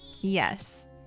Yes